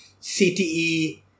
CTE